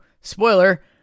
Spoiler